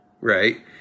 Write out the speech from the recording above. right